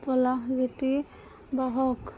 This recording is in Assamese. পলাস জ্য়োতি বাহক